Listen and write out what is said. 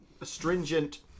astringent